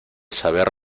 saber